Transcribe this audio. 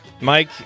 Mike